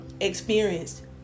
experienced